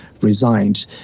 resigned